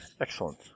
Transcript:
Excellent